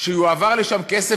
שיועבר לשם כסף,